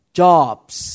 jobs